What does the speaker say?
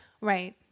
Right